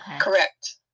correct